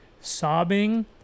sobbing